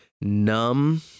numb